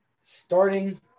starting